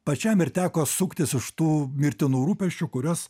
pačiam ir teko suktis iš tų mirtinų rūpesčių kuriuos